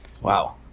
Wow